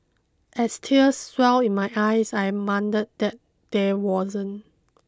as tears welled in my eyes I muttered that there wasn't